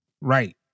Right